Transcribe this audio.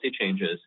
changes